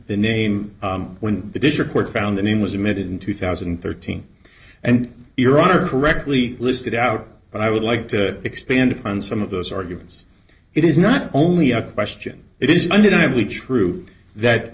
the name when the district court found the name was admitted in two thousand and thirteen and iraq correctly listed out but i would like to expand on some of those arguments it is not only a question it is undeniably true that